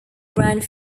grand